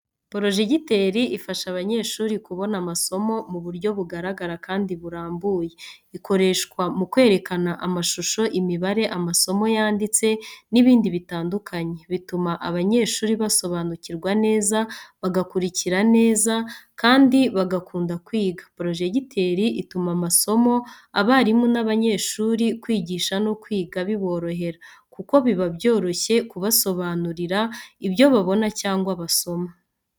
Porojegiteri ifasha abanyeshuri kubona amasomo mu buryo bugaragara kandi burambuye. Ikoreshwa mu kwerekana amashusho, imibare, amasomo yanditse n’ibindi bitandukanye. Bituma abanyeshuri basobanukirwa neza, bagakurikira neza, kandi bagakunda kwiga. Porojegiteri ituma amasomo abarimu n’abanyeshuri kwigisha no kwiga biborohera, kuko biba byoroshye kubasobanurira ibyo babona cyangwa basoma.